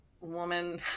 woman